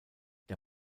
der